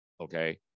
Okay